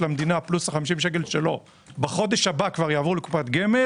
המדינה פלוס ה-50 שקל שלו בחודש הבא כבר יעברו לקופת גמל